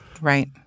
Right